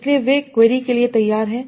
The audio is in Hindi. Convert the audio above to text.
इसलिए वे क्वेरी के लिए तैयार हैं